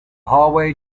hallway